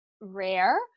rare